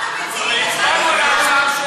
אתה צריך לשאול את המציעים, ועדת חוקה.